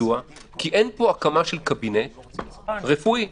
אין פה הקמה של קבינט רפואי.